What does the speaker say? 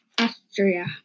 Austria